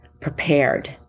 prepared